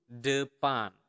depan